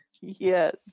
Yes